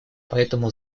поэтому